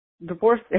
divorce